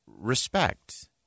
respect